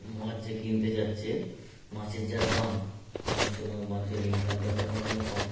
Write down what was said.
মাছ যে কিনতে যাচ্ছে মাছের যা দাম অনেক সময় মানুষের ইনকামটা তো এখন অনেক কম